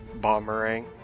Bomberang